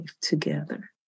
together